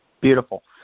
Beautiful